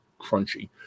crunchy